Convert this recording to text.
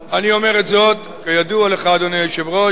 אני אומר את זאת, בידוע לך, אדוני היושב-ראש,